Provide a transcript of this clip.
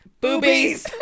Boobies